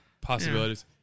possibilities